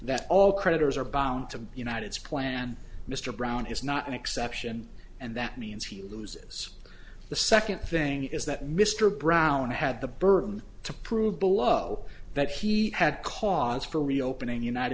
that all creditors are bound to united's plan mr brown is not an exception and that means he loses the second thing is that mr brown had the burden to prove below that he had cause for reopening united